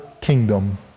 kingdom